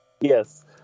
Yes